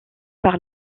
par